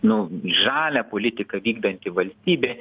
nu žalią politiką vykdanti valstybė